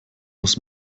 muss